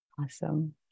Awesome